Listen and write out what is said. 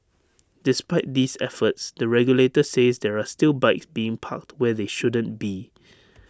despite these efforts the regulator says there are still bikes being parked where they shouldn't be